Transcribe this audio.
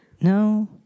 No